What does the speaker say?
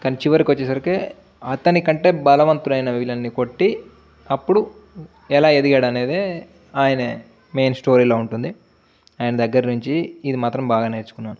కానీ చివరికి వచ్చేసరికి అతనికంటే బలవంతులైన విలన్ని కొట్టి అప్పుడు ఎలా ఎదిగాడు అనేదే ఆయన మెయిన్ స్టోరీలో ఉంటుంది ఆయన దగ్గర నుంచి ఇది మాత్రం బాగా నేర్చుకున్నాను